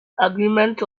agreement